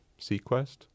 Sequest